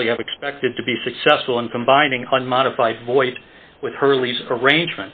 recently have expected to be successful in combining one modified voice with her lease arrangement